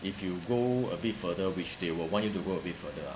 if you go a bit further which they will want you to go a bit further